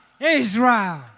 Israel